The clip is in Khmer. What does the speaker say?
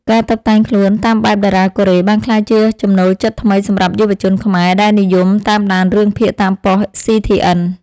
ការតុបតែងខ្លួនតាមបែបតារាកូរ៉េបានក្លាយជាចំណូលចិត្តថ្មីសម្រាប់យុវជនខ្មែរដែលនិយមតាមដានរឿងភាគតាមប៉ុស្តិ៍ស៊ីធីអិន។